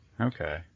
Okay